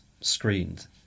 screened